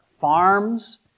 Farms